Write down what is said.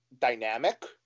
dynamic